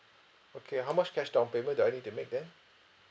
okay how much cash down payment do I need to make then